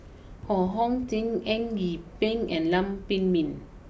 Ho Hong sing Eng Yee Peng and Lam Pin Min